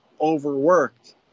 overworked